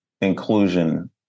inclusion